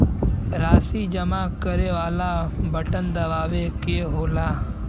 राशी जमा करे वाला बटन दबावे क होला